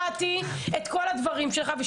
שמעתי את כל הדברים שלך.